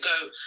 go